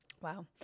Wow